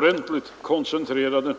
Då skall man väl lägga politiken